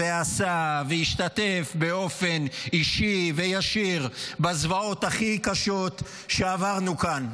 עשה והשתתף באופן אישי וישיר בזוועות הכי קשות שעברנו כאן.